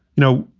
you know,